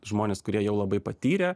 žmonės kurie jau labai patyrę